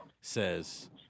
says